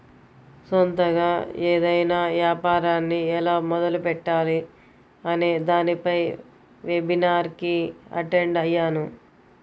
సొంతగా ఏదైనా యాపారాన్ని ఎలా మొదలుపెట్టాలి అనే దానిపై వెబినార్ కి అటెండ్ అయ్యాను